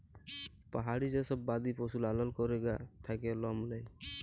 পাহাড়ি যে সব বাদি পশু লালল ক্যরে গা থাক্যে লম লেয়